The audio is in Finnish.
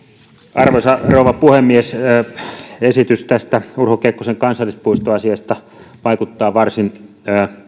arvoisa rouva puhemies esitys tästä urho kekkosen kansallispuiston asiasta vaikuttaa varsin